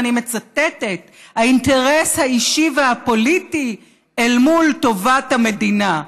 ואני מצטטת: האינטרס האישי והפוליטי אל מול טובת המדינה.